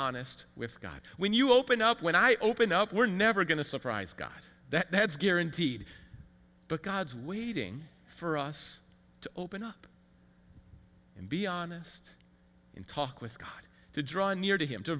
honest with god when you open up when i open up we're never going to surprise god that has guaranteed but god's waiting for us to open up and be honest and talk with god to draw near to him to